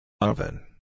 Oven